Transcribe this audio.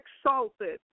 exalted